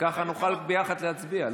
וככה נוכל ביחד להצביע,